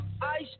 ice